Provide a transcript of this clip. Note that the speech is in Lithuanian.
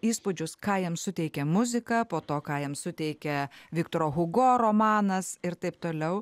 įspūdžius ką jam suteikė muzika po to ką jam suteikė viktoro hugo romanas ir taip toliau